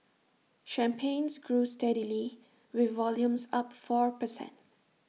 champagnes grew steadily with volumes up four per cent